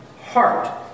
heart